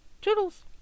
toodles